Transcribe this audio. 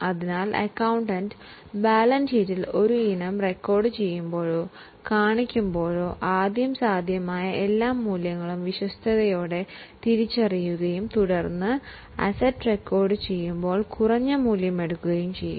അതിനാൽ accountant balance ഷീറ്റിൽ ഒരു ഇനം റെക്കോർഡു ചെയ്യുമ്പോഴോ കാണിക്കുമ്പോഴോ ആദ്യം സാധ്യമായ എല്ലാ മൂല്യങ്ങളും വിശ്വസ്തതയോടെ തിരിച്ചറിയുകയും തുടർന്ന് അസറ്റ് റെക്കോർഡു ചെയ്യുമ്പോൾ കുറഞ്ഞ മൂല്യം എടുക്കുകയും ചെയ്യണം